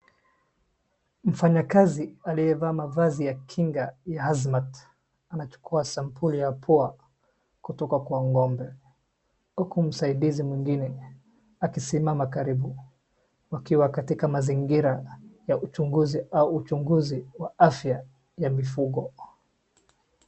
Mfanyakazi aliyevaa mavazi ya kinga ya Hazmat anachukua sampuli ya pua kutoka kwa ng'ombe huku msaidizi mwingine akisimama karibu wakiwa katika mazingira aya uchunguzi au uchunguzi wa afya ya mifugo.